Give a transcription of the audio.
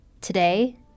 Today